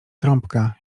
trąbka